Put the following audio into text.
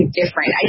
different